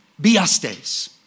Biastes